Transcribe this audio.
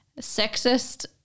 sexist